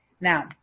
Now